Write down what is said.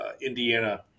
Indiana